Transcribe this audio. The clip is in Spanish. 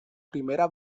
primera